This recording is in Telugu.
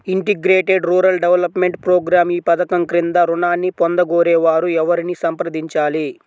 ఇంటిగ్రేటెడ్ రూరల్ డెవలప్మెంట్ ప్రోగ్రాం ఈ పధకం క్రింద ఋణాన్ని పొందగోరే వారు ఎవరిని సంప్రదించాలి?